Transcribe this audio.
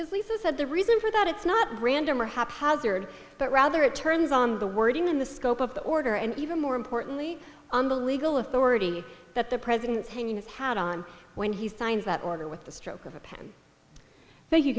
said the reason for that it's not random or haphazard but rather it turns on the wording in the scope of the order and even more importantly on the legal authority that the president's hanging his hat on when he signs that order with the stroke of a pen